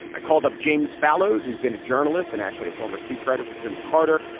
i called up james fallows, who's been a journalist and actually a former speechwriter for jimmy carter.